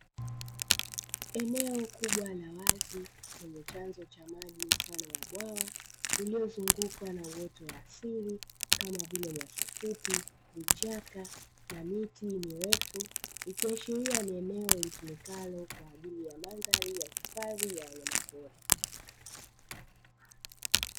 Eneo kubwa la wazi, lenye chanzo cha maji mfano wa bwawa lililozungukwa na uoto wa asili kama vile; nyasi fupi, vichaka na miti mirefu. Ikiashiria ni eneo litumikalo kwa ajili ya mandhari ya hifadhi ya wanyamapori.